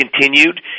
continued